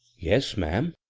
yes, ma'am,